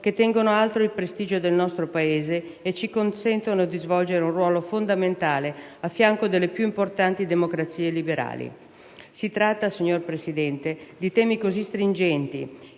che tengono alto il prestigio del nostro Paese e ci consentono di svolgere un ruolo fondamentale a fianco delle più importanti democrazie liberali. Si tratta, signora Presidente, di temi così stringenti